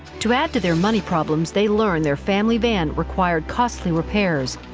to add to their money problems, they learn their family van required costly repairs.